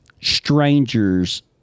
strangers